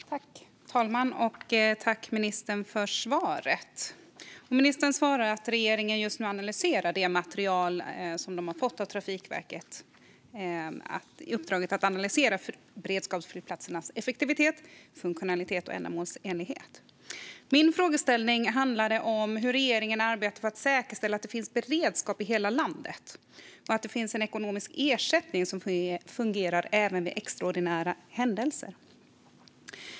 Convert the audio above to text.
Fru talman! Jag tackar ministern för svaret. Ministerns svar är att regeringen just nu analyserar det material som man har fått av Trafikverket i uppdraget att analysera beredskapsflygplatsernas effektivitet, funktionalitet och ändamålsenlighet. Min fråga handlade om hur regeringen arbetar för att säkerställa att det finns beredskap i hela landet och att det finns en ekonomisk ersättning som fungerar även vid extraordinära händelser.